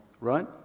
right